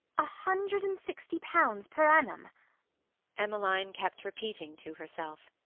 a hundred and sixty pounds per annum emmeline kept repeating to herself.